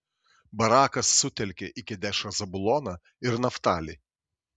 barakas sutelkė į kedešą zabuloną ir naftalį